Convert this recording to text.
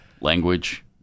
language